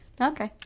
okay